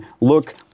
look